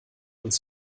uns